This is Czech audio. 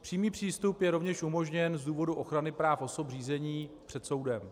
Přímý přístup je rovněž umožněn z důvodu ochrany práv osob řízení před soudem.